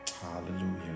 Hallelujah